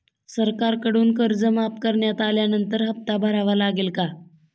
सरकारकडून कर्ज माफ करण्यात आल्यानंतर हप्ता भरावा लागेल का?